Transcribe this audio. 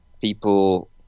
people